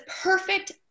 Perfect